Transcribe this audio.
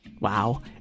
Wow